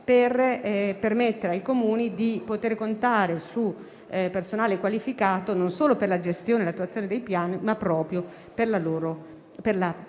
di permettere ai Comuni di contare su personale qualificato, non solo per la gestione e l'attuazione dei piani, ma proprio per la